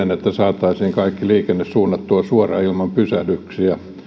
siten että saataisiin kaikki liikenne suunnattua niin että ihmiset ehtivät suoraan ilman pysähdyksiä